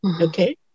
Okay